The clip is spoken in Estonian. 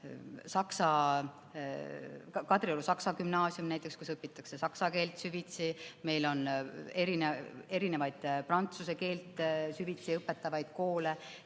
Kadrioru Saksa Gümnaasium, kus õpitakse saksa keelt süvitsi, meil on prantsuse keelt süvitsi õpetavaid koole.